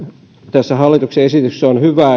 tässä hallituksen esityksessä